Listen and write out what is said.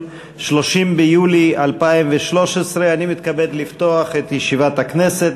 30 ביולי 2013. אני מתכבד לפתוח את ישיבת הכנסת.